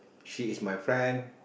she is my friend